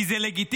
כי זה לגיטימי.